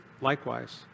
likewise